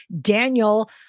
Daniel